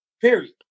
Period